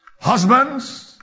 Husbands